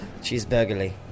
Cheeseburgerly